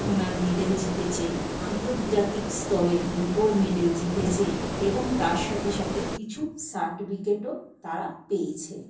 সোনার মেডেল জিতেছে আন্তর্জাতিক স্তরে রুপোর মেডেল জিতেছে এবং তার সাথে সাথে কিছু সার্টিফিকেটও তারা পেয়েছে